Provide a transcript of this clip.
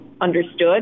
understood